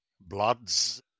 bloods